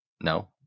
No